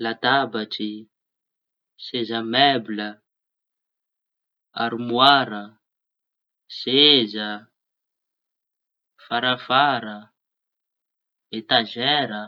Latabatry, seza mebla, armoara, seza, farafara, etazera.